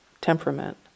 temperament